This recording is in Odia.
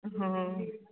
ହଁ